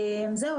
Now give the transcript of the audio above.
זהו,